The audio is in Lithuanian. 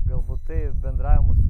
galbūt tai bendravimas